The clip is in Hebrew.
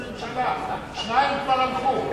שניים כבר הלכו.